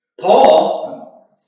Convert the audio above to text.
Paul